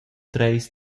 treis